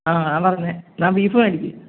ആ അതാണ് പറഞ്ഞത് എന്നാൽ ബീഫ് മേടിക്ക്